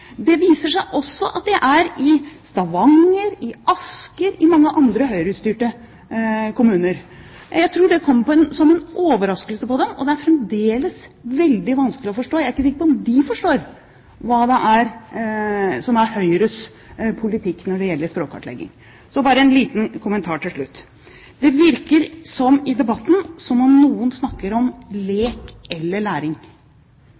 Det viser seg også i Stavanger, i Asker og i mange andre Høyre-styrte kommuner. Jeg tror det kommer som en overraskelse på dem, og at det fremdeles er veldig vanskelig å forstå. Jeg er ikke sikker på om de forstår hva som er Høyres politikk når det gjelder språkkartlegging. Så bare en liten kommentar til slutt. I debatten virker det som om noen snakker om lek eller læring.